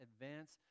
advance